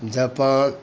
Japan